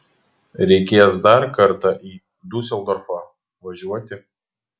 reikės dar kartą į diuseldorfą važiuoti